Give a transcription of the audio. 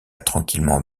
tranquillement